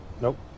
Nope